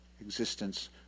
existence